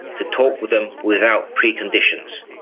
to talk with them without preconditions.